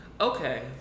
Okay